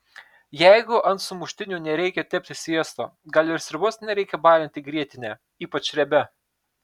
jeigu ant sumuštinių nereikia tepti sviesto gal ir sriubos nereikia balinti grietine ypač riebia